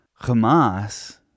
Hamas